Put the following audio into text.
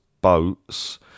boats